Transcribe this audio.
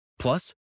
Plus